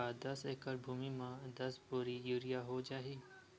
का दस एकड़ भुमि में दस बोरी यूरिया हो जाही?